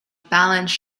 balance